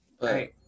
right